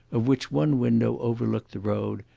of which one window overlooked the road,